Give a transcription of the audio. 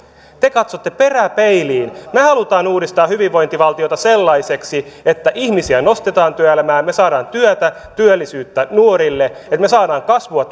te katsotte peräpeiliin me haluamme uudistaa hyvinvointivaltiota sellaiseksi että ihmisiä nostetaan työelämään me saamme työtä työllisyyttä nuorille että me saamme kasvua